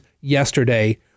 yesterday